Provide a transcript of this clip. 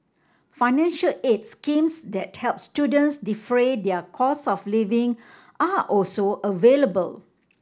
financial aid schemes that help students defray their costs of living are also available